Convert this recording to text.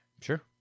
Sure